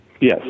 Yes